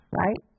right